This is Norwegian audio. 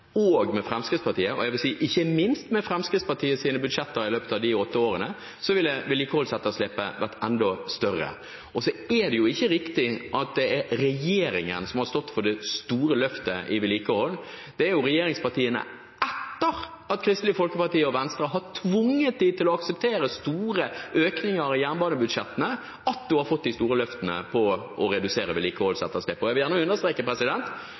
og ikke minst med Fremskrittspartiets budsjetter i løpet av de åtte årene, ville vedlikeholdsetterslepet vært enda større. Så er det jo ikke riktig at det er regjeringen som har stått for det store løftet i vedlikehold. Det er etter at Kristelig Folkeparti og Venstre har tvunget regjeringspartiene til å akseptere store økninger i jernbanebudsjettene, at man har fått de store løftene for å redusere vedlikeholdsetterslepet. Jeg vil gjerne understreke: